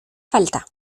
falta